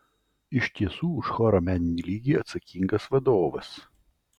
iš tiesų už choro meninį lygį atsakingas vadovas